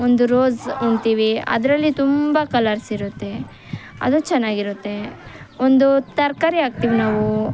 ಒಂದು ರೋಸ್ ಅಂತೀವಿ ಅದರಲ್ಲಿ ತುಂಬ ಕಲರ್ಸ್ ಇರುತ್ತೆ ಅದು ಚೆನ್ನಾಗಿರುತ್ತೆ ಒಂದು ತರಕಾರಿ ಹಾಕ್ತೀವಿ ನಾವು